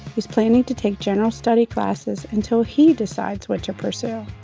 he's planning to take general study classes until he decides what to pursue.